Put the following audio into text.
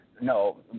No